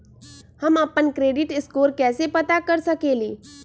हम अपन credit score कैसे पता कर सकेली?